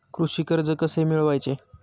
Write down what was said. कृषी कर्ज कसे मिळवायचे?